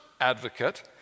advocate